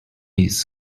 类似